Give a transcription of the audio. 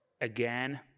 again